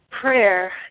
prayer